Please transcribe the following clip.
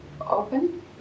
Open